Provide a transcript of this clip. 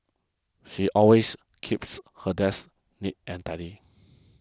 she always keeps her desk neat and tidy